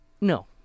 No